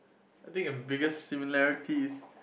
I think the biggest similarity is